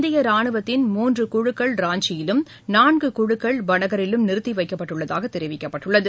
இந்தியராணுவத்தின் ராஞ்சியிலும் நான்குகுழுக்கள் பனகரிலும் நிறுத்திவைக்கப்பட்டுள்ளதாகதெரிவிக்கப்பட்டுள்ளது